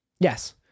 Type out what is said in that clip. Yes